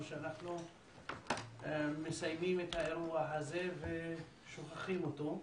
שאנחנו מסיימים את האירוע הזה ושוכחים אותו,